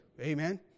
Amen